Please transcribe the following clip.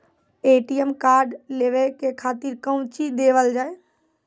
ATM card लेवे के खातिर कौंची देवल जाए?